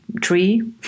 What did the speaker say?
tree